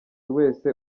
wese